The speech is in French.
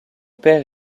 père